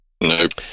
Nope